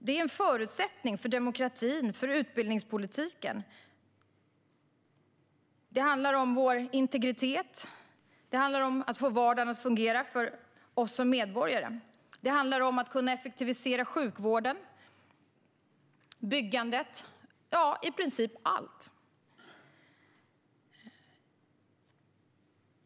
Det här är en förutsättning för demokratin och utbildningspolitiken. Det handlar om vår integritet och att få vardagen att fungera för oss som medborgare. Det handlar om att kunna effektivisera sjukvården och byggandet - i princip allt.